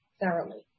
thoroughly